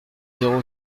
zéro